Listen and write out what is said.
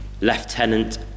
Lieutenant